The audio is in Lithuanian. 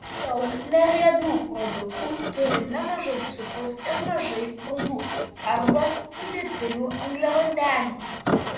daug neriebių produktų turi nemažai cukraus ir mažai grūdų arba sudėtinių angliavandenių